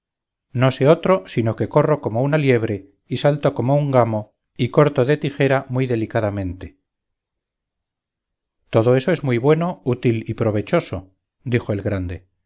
no sé otro sino que corro como una liebre y salto como un gamo y corto de tijera muy delicadamente todo eso es muy bueno útil y provechoso dijo el grande